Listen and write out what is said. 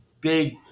big